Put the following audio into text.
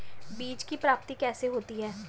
बीज की प्राप्ति कैसे होती है?